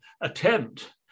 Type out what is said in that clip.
attempt